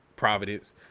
Providence